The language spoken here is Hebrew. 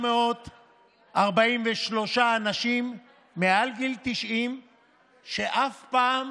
4,943 אנשים מעל גיל 90 שאף פעם